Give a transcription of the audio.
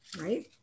right